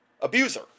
abuser